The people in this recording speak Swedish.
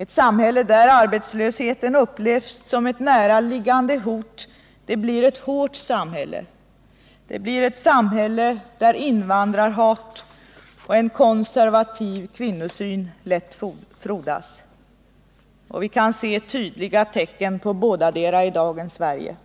Ett samhälle där arbetslösheten upplevs som ett närliggande hot blir ett hårt samhälle, ett samhälle där invandrarhat och konservativ kvinnosyn lätt frodas. Vi kan se tydliga tecken på bådadera i dagens Sverige.